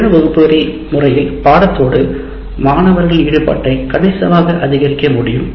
மின்னணு வகுப்பறை முறையில் பாடத்தோடு மாணவர்களின் ஈடுபாட்டை கணிசமாக அதிகரிக்க முடியும்